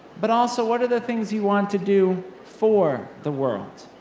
but also, what are the things you want to do for the world?